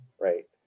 right